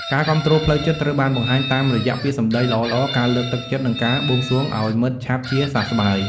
ការគាំទ្រផ្លូវចិត្តត្រូវបានបង្ហាញតាមរយៈពាក្យសម្ដីល្អៗ ការលើកទឹកចិត្ត និងការបួងសួងឱ្យមិត្តឆាប់ជាសះស្បើយ។